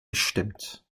bestimmt